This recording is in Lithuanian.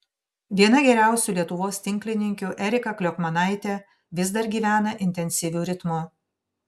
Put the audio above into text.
viena geriausių lietuvos tinklininkių erika kliokmanaitė vis dar gyvena intensyviu ritmu